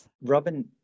Robin